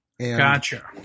Gotcha